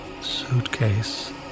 suitcase